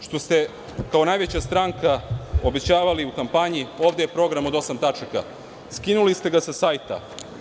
Ono što ste kao najveća stranka obećavali u kampanji, ovde je program od osam tačaka, skinuli ste sa sajta.